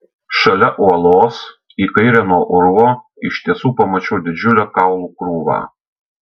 šalia uolos į kairę nuo urvo iš tiesų pamačiau didžiulę kaulų krūvą